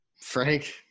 Frank